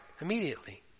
immediately